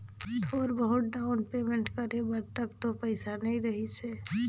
थोर बहुत down payment करे बर तक तो पइसा नइ रहीस हे